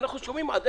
ועדיין אנחנו שומעים